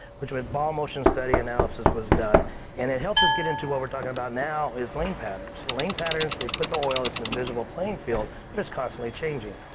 which with a ball motion study analysis was done and it helps us getting to what we're talking about now, which is lane patterns. lane patterns, they put the oil, it's an invisible playing field, but it's constantly changing.